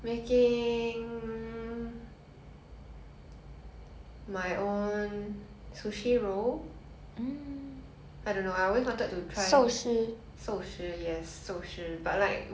I don't know I always wanted to try 寿司 yes 寿司 but like with the tamago I mean the japanese egg but I need to find the mirin